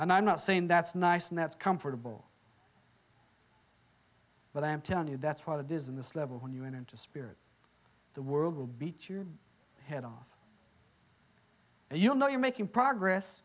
and i'm not saying that's nice and that's comfortable but i am telling you that's what it is on this level when you enter into spirit the world will beat your head off and you know you're making progress